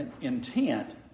intent